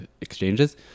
exchanges